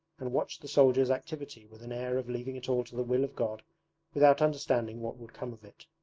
and watched the soldiers' activity with an air of leaving it all to the will of god without understanding what would come of it.